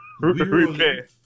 repair